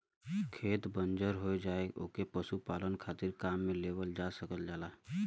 खेत बंजर हो जाला ओके पशुपालन खातिर काम में लेवल जा सकल जाला